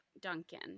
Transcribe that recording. Duncan